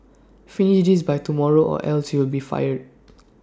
finish this by tomorrow or else you'll be fired